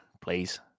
please